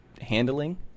handling